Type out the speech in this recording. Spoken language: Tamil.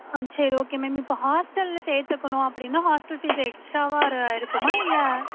ஆ சரி ஓகே மேம் இப்போ ஹாஸ்ட்டலில் சேர்த்துக்கணும் அப்படின்னா ஹாஸ்ட்டல் ஃபீஸ் எஸ்ட்ராவாக ரு இருக்குமா இல்லை